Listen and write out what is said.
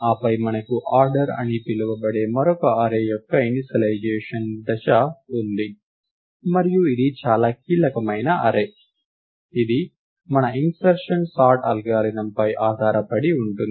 ఆపై మనకు ఆర్డర్ అని పిలువబడే మరొక అర్రే యొక్క ఇనీషలైజేషన్ ప్రారంభ దశ ఉంది మరియు ఇది చాలా కీలకమైన అర్రే ఇది మన ఇన్సర్షన్ సార్ట్ అల్గోరిథంపై ఆధారపడి ఉంటుంది